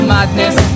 Madness